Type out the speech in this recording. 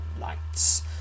lights